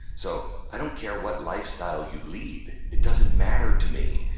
so i don't care what lifestyle you lead it doesn't matter to me.